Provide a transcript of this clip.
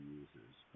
users